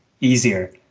easier